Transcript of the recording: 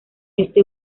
este